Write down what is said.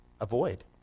avoid